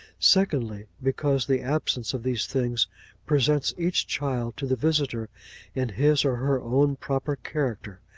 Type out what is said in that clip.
secondly, because the absence of these things presents each child to the visitor in his or her own proper character,